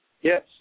yes